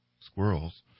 squirrels